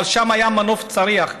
אבל שם היה מנוף צריח,